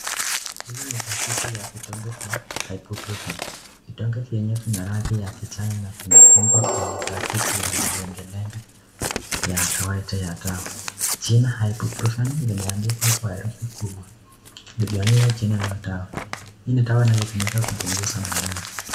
Hili ni baketi ya vidonge vya IBUPROFEN, vidonge vyenyewe vina rangi ya kijani na vimefungwa kwenye baketi ya malengelenge ya kawaida ya dawa, jina IBUPROFEN imeandikwa kwa herufi kubwa likionyesha jina la dawa, hii ni dawa inayotumika kupunguza maumivu.